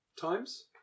times